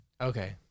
Okay